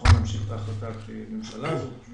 שנכון להמשיך את החלטת הממשלה הזאת אבל